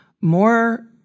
more